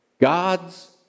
God's